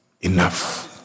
Enough